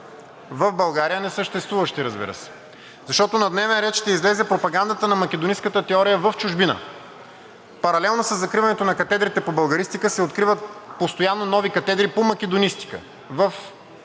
в България – несъществуващи, разбира се. Защото на дневен ред ще излезе пропагандата на македонистката теория в чужбина. Паралелно със закриването на катедрите по българистика се откриват постоянно нови катедри по македонистика